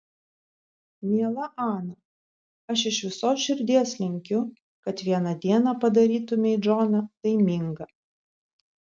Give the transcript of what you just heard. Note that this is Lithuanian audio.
miela ana aš iš visos širdies linkiu kad vieną dieną padarytumei džoną laimingą